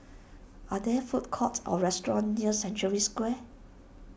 are there food courts or restaurants near Century Square